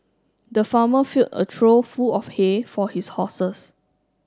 the farmer filled a trough full of hay for his horses